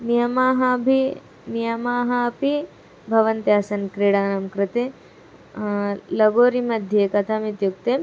नियमाः अपि नियमाः अपि भवन्त्यासन् क्रीडानां कृते लगोरि मध्ये कथम् इत्युक्ते